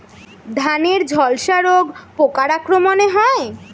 ধানের ঝলসা রোগ পোকার আক্রমণে হয়?